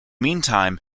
meantime